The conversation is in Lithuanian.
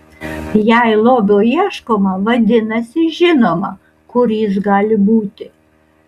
jei lobio ieškoma vadinasi žinoma kur jis gali būti